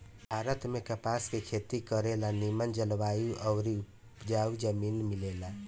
भारत में कपास के खेती करे ला निमन जलवायु आउर उपजाऊ जमीन मिलेला